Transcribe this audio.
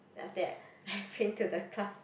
after that I bring to the class